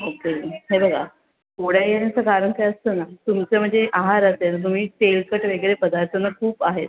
okay हे बघा फोड येण्याचं कारण काय असतं ना तुमचं म्हणजे आहार असेल तुम्ही तेलकट वगैरे पदार्थ ना खूप आहेत